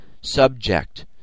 subject